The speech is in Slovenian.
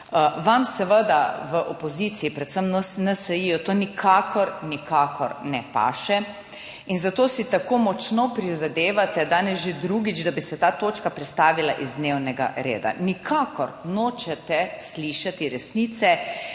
Vam seveda v opoziciji, predvsem NSi, to nikakor, nikakor ne paše. In zato si tako močno prizadevate danes, že drugič, da bi se ta točka prestavila iz dnevnega reda. Nikakor nočete slišati resnice.